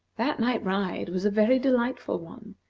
that night-ride was a very delightful one,